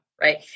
right